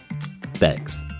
Thanks